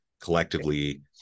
collectively